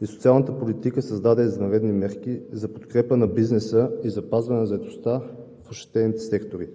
и социалната политика създаде извънредни мерки за подкрепа на бизнеса и запазване на заетостта в ощетените сектори.